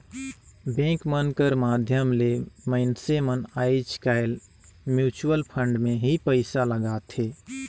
bank मन कर माध्यम ले मइनसे मन आएज काएल म्युचुवल फंड में ही पइसा लगाथें